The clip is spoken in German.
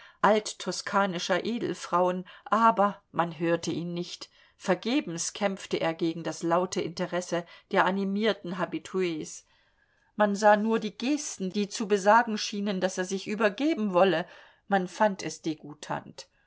alttoskanischer edelfrauen aber man hörte ihn nicht vergebens kämpfte er gegen das laute interesse der animierten habitus man sah nur die gesten die zu besagen schienen daß er sich übergeben wolle man fand es dgoutant